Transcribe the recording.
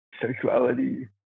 sexuality